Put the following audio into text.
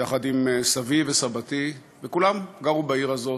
יחד עם סבי וסבתי, וכולם גרו בעיר הזאת,